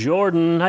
Jordan